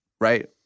Right